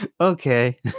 Okay